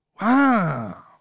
Wow